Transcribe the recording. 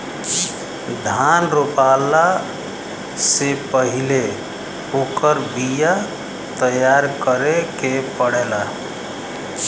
धान रोपला से पहिले ओकर बिया तैयार करे के पड़ेला